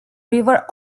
river